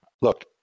Look